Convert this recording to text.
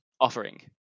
offering